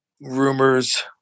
rumors